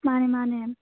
ꯃꯥꯅꯦ ꯃꯥꯅꯦ